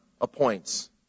appoints